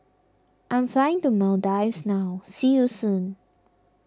I am flying to Maldives now see you soon